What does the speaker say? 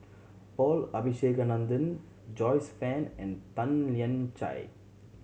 Paul Abisheganaden Joyce Fan and Tan Lian Chye